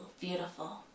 beautiful